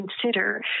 consider